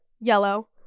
yellow